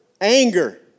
anger